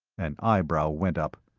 an eyebrow went up.